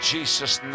Jesus